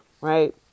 Right